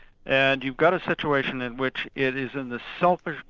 and you've got a situation in which it is in the selfish,